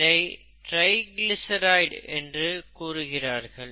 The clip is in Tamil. இதை ட்ரைகிளிசரைடு என்று கூறுகிறார்கள்